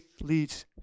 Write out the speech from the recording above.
leads